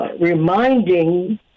reminding